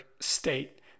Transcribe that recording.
state